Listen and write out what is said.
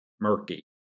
murky